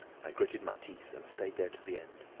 i gritted my teeth and stayed there to the end.